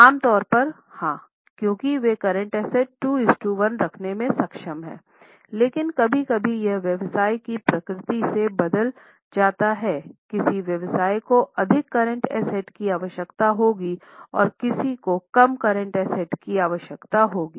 आम तौर पर हाँ क्योंकि वे करंट एसेट 21 रखने में सक्षम हैं लेकिन कभी कभी यह व्यवसाय की प्रकृति से बदल जाता हैकिस व्यवसाय को अधिक करंट एसेट की आवश्यकता होगी और किसको कम करंट एसेट की आवश्यकता होगी